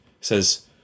says